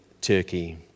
Turkey